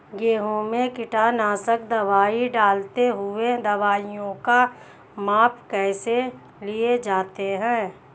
गेहूँ में कीटनाशक दवाई डालते हुऐ दवाईयों का माप कैसे लिया जाता है?